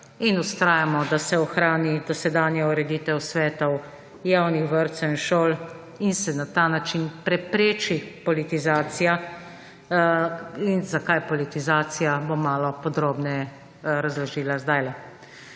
in vztrajamo, da se ohrani doseganja ureditev svetov javnih vrtcev in šol in se na ta način prepreči politizacija in zakaj politizacija, bom malo podrobneje razložila zdajle.